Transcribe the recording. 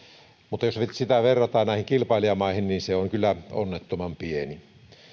mutta jos sitä verrataan kilpailijamaihin niin se on kyllä onnettoman pieni